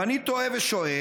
ואני תוהה ושואל,